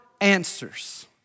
answers